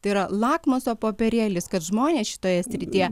tai yra lakmuso popierėlis kad žmonės šitoje srityje